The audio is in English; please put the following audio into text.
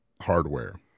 hardware